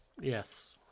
Yes